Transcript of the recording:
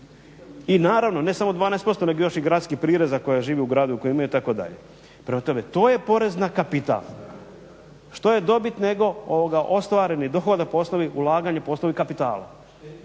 I naravno, ne samo 12% nego još i gradski prirez koji žive u gradu, koji imaju itd. Prema tome, to je porez na kapital. Što je dobit nego ostvareni dohodak po osnovi ulaganja, po osnovi kapitala?